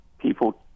people